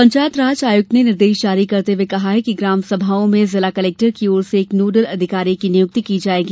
पंचायत राज आयुक्त ने निर्देश जारी करते हुए कहा है कि ग्राम सभाओं में जिला कलेक्टर की ओर से एक नोडल अधिकारी की नियुक्ति की जाएगी